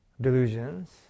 delusions